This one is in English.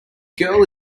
girl